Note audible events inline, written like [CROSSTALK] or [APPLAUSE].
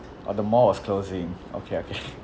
oh the mall was closing okay okay [NOISE]